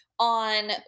on